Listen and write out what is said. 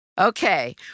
Okay